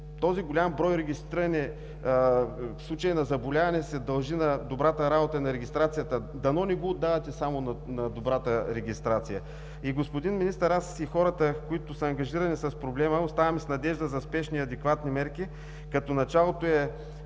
този голям брой регистрирани случаи на заболяване се дължи на добрата работа на регистрацията. Дано не го отдавате само на добрата регистрация. Господин Министър, аз и хората, които сме ангажирани с проблема, оставаме с надежда за спешни и адекватни мерки, като за началото е